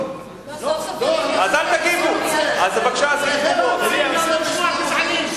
לא, אנחנו לא רוצים את זה, גזענים,